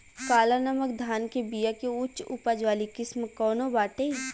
काला नमक धान के बिया के उच्च उपज वाली किस्म कौनो बाटे?